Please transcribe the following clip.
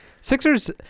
Sixers